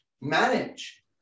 manage